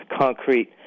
concrete